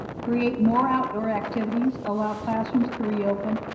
create more outdoor activities, allow classrooms to reopen,